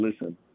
listen